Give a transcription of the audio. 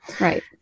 Right